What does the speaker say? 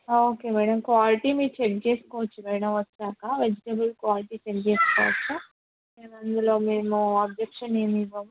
okay madam quality మీరు check చేసుకోవచ్చు madam వచ్చాక వెజిటేబుల్స్ క్వాలిటీ చెక్ చేసుకోవచ్చు మేము అందులో మేము అబ్జెక్షన్ ఏమి ఇవ్వము